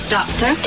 Doctor